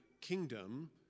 kingdom